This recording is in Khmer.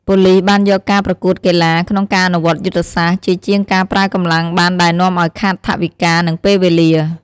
ប៉ូលិសបានយកការប្រគួតកីឡា ក្នុងការអនុវត្តយុទ្ធសាស្ត្រ ជាជាងការប្រើកម្លាំងបានដែលនាំអោយខាតថវិកា និងពេលវេលា។